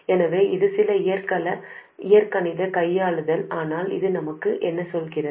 எனவே இது சில இயற்கணித கையாளுதல் ஆனால் இது நமக்கு என்ன சொல்கிறது